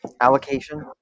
Allocation